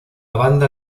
banda